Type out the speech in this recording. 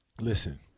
Listen